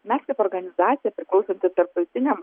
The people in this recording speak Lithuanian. mes kaip organizacija priklausanti tarptautiniam